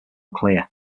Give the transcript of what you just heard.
clear